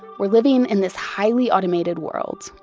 we're living in this highly automated world.